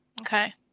Okay